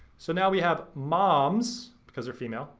so now we have moms, because they're female,